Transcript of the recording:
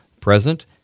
present